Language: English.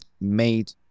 made